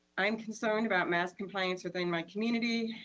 i am concerned about mask compliance within my community.